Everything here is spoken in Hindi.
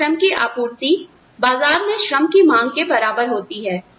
जहां श्रम की आपूर्तिबाजार में श्रम की मांग के बराबर होती है